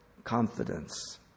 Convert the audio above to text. Confidence